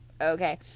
Okay